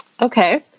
okay